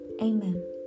Amen